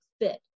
fit